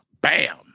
bam